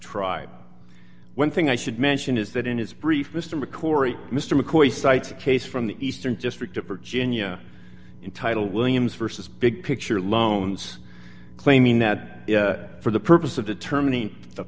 tribe one thing i should mention is that in his brief mr mccoury mr mccoy cites a case from the eastern district of virginia in title williams versus big picture loans claiming that for the purpose of determining the